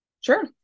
Sure